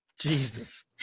Jesus